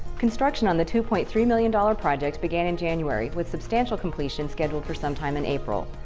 construction on the two point three million dollar project began in january with substantial completion scheduled for sometime in april.